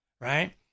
right